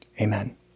amen